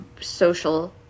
social